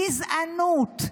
גזענות.